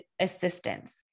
assistance